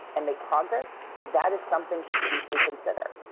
and make progress, that is something to deeply consider.